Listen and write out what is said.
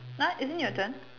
what isn't it your turn